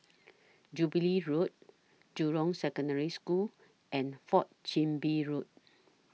Jubilee Road Jurong Secondary School and Fourth Chin Bee Road